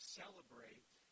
celebrate